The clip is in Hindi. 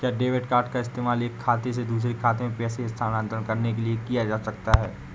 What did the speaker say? क्या डेबिट कार्ड का इस्तेमाल एक खाते से दूसरे खाते में पैसे स्थानांतरण करने के लिए किया जा सकता है?